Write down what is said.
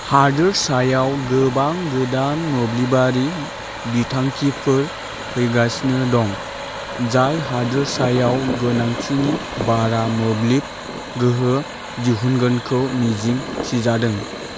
हादोरसायाव गोबां गोदान मोब्लिबारि बिथांखिफोर फैगासिनो दं जाय हादोरसायाव गोनांथिनि बारा मोब्लिब गोहो दिहुनगोनखौ मिजिं थिजादों